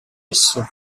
esso